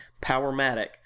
Powermatic